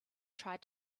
tried